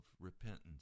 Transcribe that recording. repentance